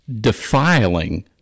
defiling